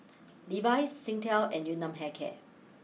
Levi's Singtel and Yun Nam Hair care